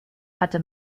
hatte